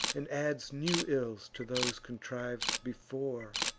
and adds new ills to those contriv'd before